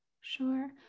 Sure